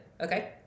Okay